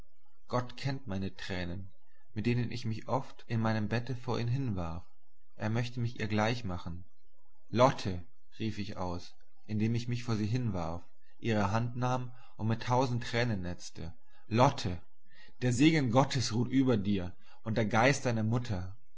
gott kennt meine tränen mit denen ich mich oft in meinem bette vor ihn hinwarf er möchte mich ihr gleich machen lotte rief ich aus indem ich mich vor sie hinwarf ihre hand nahm und mit tausend tränen netzte lotte der segen gottes ruht über dir und der geist deiner mutter